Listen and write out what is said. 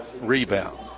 rebound